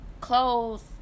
clothes